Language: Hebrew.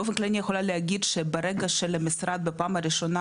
באופן כללי אני יכולה להגיד שברגע שלמשרד בפעם הראשונה